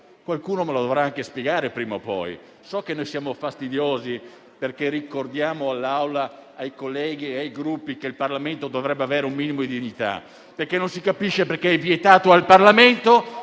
Qualcuno me lo dovrà anche spiegare, prima o poi. So che siamo fastidiosi, perché ricordiamo all'Assemblea, ai colleghi e ai Gruppi che il Parlamento dovrebbe avere un minimo di dignità. Non si capisce perché è vietato al Parlamento